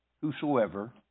whosoever